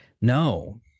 no